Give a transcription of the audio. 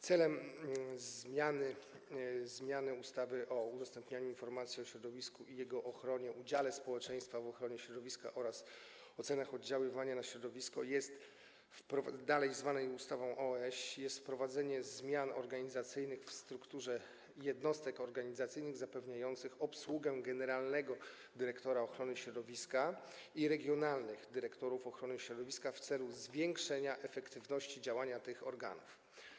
Celem zmiany ustawy o udostępnianiu informacji o środowisku i jego ochronie, udziale społeczeństwa w ochronie środowiska oraz o ocenach oddziaływania na środowisko, zwanej dalej u.o.o.ś., jest wprowadzenie zmian organizacyjnych w strukturze jednostek organizacyjnych zapewniających obsługę generalnego dyrektora ochrony środowiska i regionalnych dyrektorów ochrony środowiska, aby zwiększyć efektywność działania tych organów.